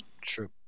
True